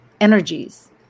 energies